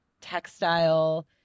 textile